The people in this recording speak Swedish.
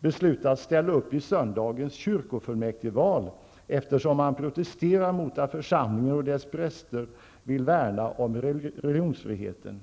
beslutat ställa upp i söndagens kyrkofullmäktigeval, eftersom man protesterar mot att församlingen och dess präster vill värna om religionsfriheten.